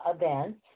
events